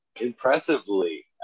Impressively